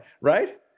Right